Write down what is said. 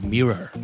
Mirror